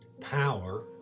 power